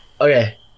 Okay